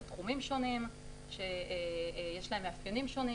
אלה תחומים שונים שיש להם מאפיינים שונים